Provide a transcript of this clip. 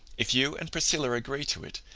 if you and priscilla agree to it,